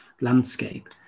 landscape